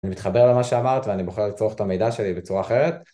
אני מתחבר למה שאמרת ואני בוחר לצרוך את המידע שלי בצורה אחרת.